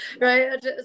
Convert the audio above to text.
Right